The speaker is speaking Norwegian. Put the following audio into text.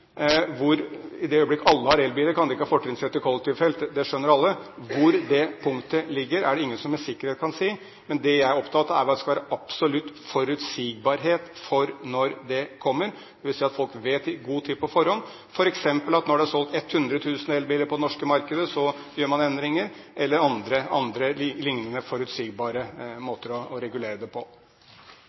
i det øyeblikk alle har elbiler, kan de ikke ha fortrinnsrett i kollektivfelt; det skjønner alle. Hvor det punktet ligger, er det ingen som med sikkerhet kan si. Men det jeg er opptatt av, er at det skal være absolutt forutsigbarhet for når det kommer. Det vil si at folk vet dette i god tid på forhånd, f.eks. at når det er solgt 100 000 elbiler på det norske markedet, gjør man endringer – eller andre lignende forutsigbare måter å regulere det på.